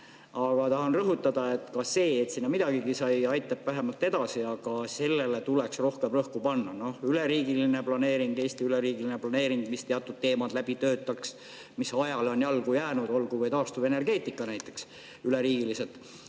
aga tahan rõhutada, et ka see, et selleks midagigi sai, aitab vähemalt edasi. Aga sellele tuleks rohkem rõhku panna. Üleriigiline planeering, Eesti üleriigiline planeering, mis töötaks läbi teatud teemad, mis ajale on jalgu jäänud, näiteks kas või taastuvenergeetika üleriigiliselt